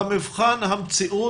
במבחן המציאות,